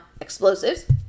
Explosives